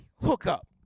hookup